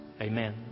Amen